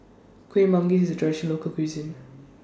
Kueh Manggis IS A Traditional Local Cuisine